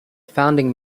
founding